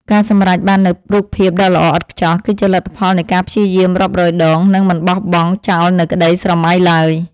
ការសម្រេចបាននូវរូបភាពដ៏ល្អឥតខ្ចោះ គឺជាលទ្ធផលនៃការព្យាយាមរាប់រយដង និងមិនបោះបង់ចោលនូវក្តីស្រមៃឡើយ។